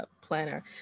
planner